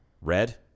Red